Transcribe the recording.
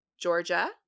Georgia